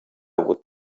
would